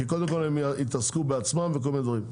כי קודם כל הם יתעסקו בעצמם וכל מיני דברים.